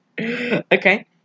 Okay